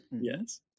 yes